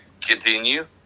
continue